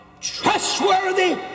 trustworthy